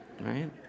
right